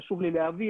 חשוב לי להבהיר,